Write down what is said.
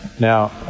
Now